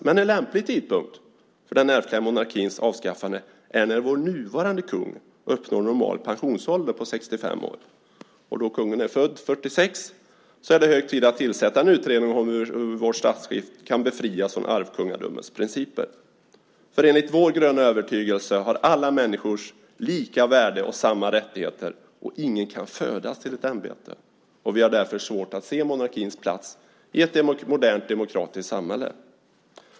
Men en lämplig tidpunkt för den ärftliga monarkins avskaffande är när vår nuvarande kung uppnår normal pensionsålder, vid 65 år. Eftersom kungen är född år 1946 är det hög tid att tillsätta en utredning om hur vår statschef kan befrias från arvkungadömets principer. Enligt vår gröna övertygelse har alla människor lika värde och samma rättigheter, och ingen kan födas till ett ämbete. Vi har därför svårt att se monarkins plats i ett modernt demokratiskt samhälle.